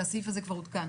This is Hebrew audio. והסעיף הזה כבר עודכן,